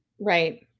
Right